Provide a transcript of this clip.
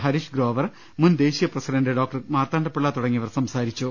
ഹാരിഷ് ഗ്രോവർ മുൻ ദേശീയ president doctor Marthandapillai തുടങ്ങിയവർ സംസാരിച്ചു